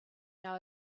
know